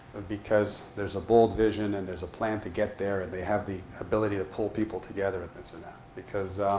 because there's a bold vision. and there's a plan to get there. and they have the ability to pull people together and this and that, because